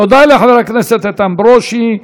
תודה לחבר הכנסת ברושי.